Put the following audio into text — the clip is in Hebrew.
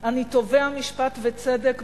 אני תובע משפט וצדק בעבורי,